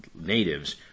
natives